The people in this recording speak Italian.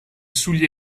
sugli